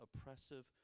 oppressive